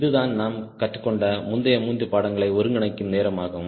இதுதான் நாம் கற்றுக்கொண்ட முந்தைய மூன்று பாடங்களை ஒருங்கிணைக்கும் நேரம் ஆகும்